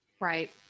right